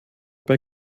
bei